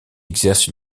exerce